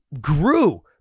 grew